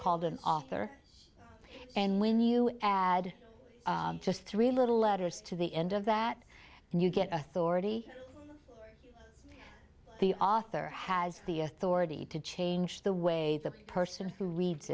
called an author and when you add just three little letters to the end of that and you get authority the author has the authority to change the way the person who reads